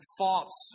thoughts